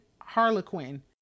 Harlequin